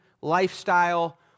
lifestyle